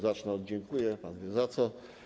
Zacznę od: dziękuję, pan wie, za co.